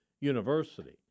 university